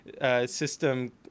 system